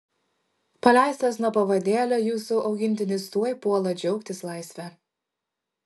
paleistas nuo pavadėlio jūsų augintinis tuoj puola džiaugtis laisve